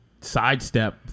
sidestep